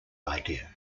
idea